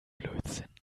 blödsinn